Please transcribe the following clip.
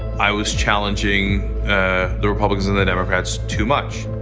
i was challenging the republicans and the democrats too much.